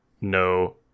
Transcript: no